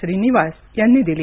श्रीनिवास यांनी दिली